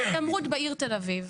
זאת התעמרות בעיר תל אביב,